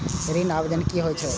ऋण आवेदन की होय छै?